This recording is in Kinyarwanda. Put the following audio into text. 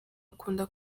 akunda